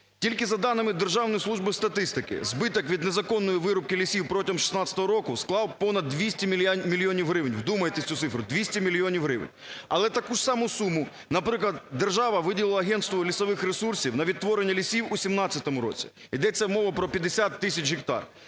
Тільки за даними Державної служби статистики збиток від незаконної вирубки лісів протягом 2016 року склав понад 200 мільйонів гривень. Вдумайтеся в цю цифру, 200 мільйонів гривень. Але ж таку саму суму, наприклад, держава виділила агентству лісових ресурсів на відтворення лісів у 2017 році, йдеться мова про 50 тисяч гектар.